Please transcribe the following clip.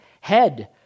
head